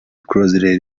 closely